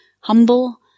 humble